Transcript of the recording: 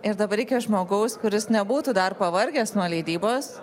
ir dabar reikia žmogaus kuris nebūtų dar pavargęs nuo leidybos